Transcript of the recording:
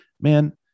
man